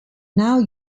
now